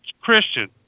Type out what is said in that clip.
Christian